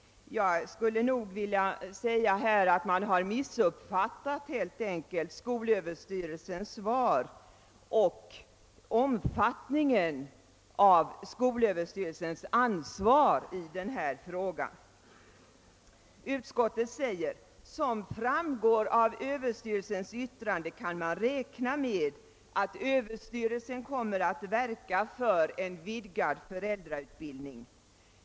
Jag tror helt enkelt att utskottet har missuppfattat skolöverstyrelsens svar och omfattningen av skolöverstyrelsens ansvar i denna fråga. Utskottet säger: »Som framgår av skolöverstyrelsens yttrande kan man räkna med att överstyrelsen kommer att verka» för en vidgad föräldrautbildning.